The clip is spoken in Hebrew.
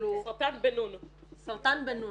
סרטן בן נון,